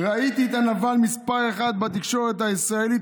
ראיתי את הנבל מס' אחת בתקשורת הישראלית,